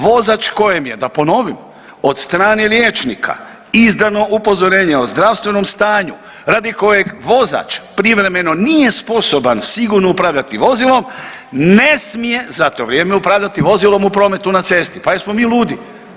Vozač kojem je, da ponovim, od strane liječnika izdano upozorenje o zdravstvenom stanju radi kojeg vozač privremeno nije sposoban sigurno upravljati vozilom, ne smije za to vrijeme upravljati vozilom u prometu na cesti, pa jesmo mi ludi?